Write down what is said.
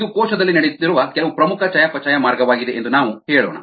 ಇದು ಕೋಶದಲ್ಲಿ ನಡೆಯುತ್ತಿರುವ ಕೆಲವು ಪ್ರಮುಖ ಚಯಾಪಚಯ ಮಾರ್ಗವಾಗಿದೆ ಎಂದು ನಾವು ಹೇಳೋಣ